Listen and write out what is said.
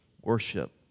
worship